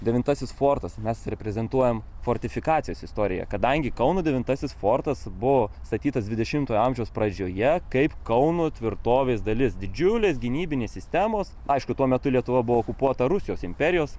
devintasis fortas mes reprezentuojam fortifikacijos istoriją kadangi kauno devintasis fortas buvo statytas dvidešimtojo amžiaus pradžioje kaip kauno tvirtovės dalis didžiulės gynybinės sistemos aišku tuo metu lietuva buvo okupuota rusijos imperijos